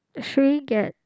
should we get